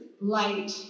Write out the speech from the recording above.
light